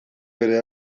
bere